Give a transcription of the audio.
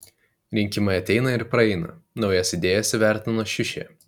rinkimai ateina ir praeina naujas idėjas įvertino šiušė